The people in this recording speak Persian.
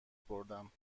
بردم